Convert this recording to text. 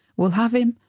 we'll have him.